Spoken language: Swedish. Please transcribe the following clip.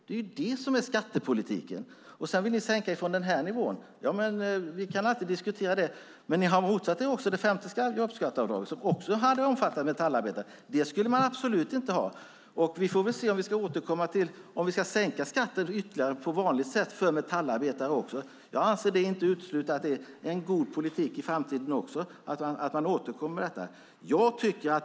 Det är det som är skattepolitiken, och sedan vill ni sänka från den nivån. Det kan vi alltid diskutera, men ni har också motsatt er det femte jobbskatteavdraget som även det skulle ha omfattat metallarbetarna. Det skulle man absolut inte ha. Vi får väl se om vi ska sänka skatten ytterligare, på vanligt sätt, även för metallarbetare. Jag anser det inte som uteslutet. Det är en god politik att i framtiden återkomma till det.